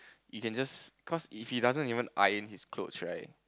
if can just cause if he doesn't even iron his clothes right